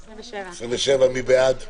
הסתייגות מס' 10. מי בעד ההסתייגות?